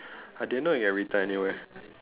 I didn't know you can return anywhere